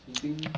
you think